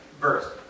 Verse